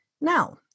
Now